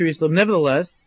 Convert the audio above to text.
nevertheless